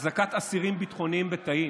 החזקת אסירים ביטחוניים בתאים.